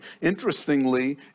Interestingly